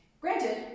Granted